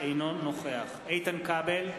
אינו נוכח איתן כבל,